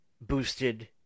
boosted